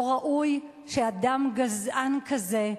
לא ראוי שאדם גזען כזה,